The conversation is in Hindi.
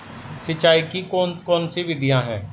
सिंचाई की कौन कौन सी विधियां हैं?